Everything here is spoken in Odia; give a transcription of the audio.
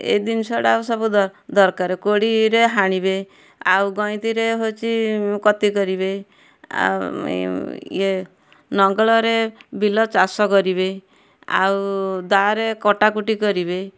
ଏ ଜିନିଷଟା ସବୁ ଦର ଦରକାର କୋଡ଼ିରେ ହାଣିବେ ଆଉ ଗଇଁତିରେ ହଉଛି କତି କରିବେ ଆଉ ଇଏ ନଙ୍ଗଳରେ ବିଲ ଚାଷ କରିବେ ଆଉ ଦାଆରେ କଟାକୁଟି କରିବେ